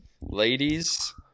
ladies